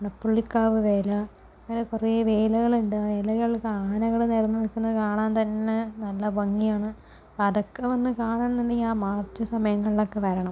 മണപ്പുള്ളിക്കാവ് വേല അങ്ങനെ കുറേ വേലകളുണ്ട് വേലകൾക്ക് ആനകൾ നിരന്ന് നിൽക്കുന്നത് കാണാൻ തന്നെ നല്ല ഭംഗിയാണ് അതൊക്കെ ഒന്ന് കാണണം എന്നുണ്ടെങ്കിൽ ആ മാർച്ച് സമയങ്ങളിലൊക്കെ വരണം